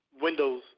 windows